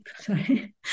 sorry